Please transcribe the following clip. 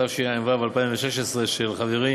התשע"ו 2016, של חברי